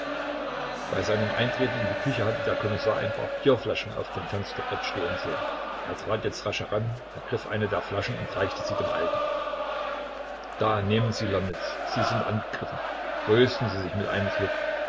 bei seinem eintreten in die küche hatte der kommissar ein paar bierflaschen auf dem fensterbrett stehen sehen er trat jetzt rasch heran ergriff eine der flaschen und reichte sie dem alten da nehmen sie lomnitz sie sind angegriffen trösten sie sich mit einem schluck